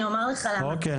אני אומר לך למה - אוקי.